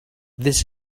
this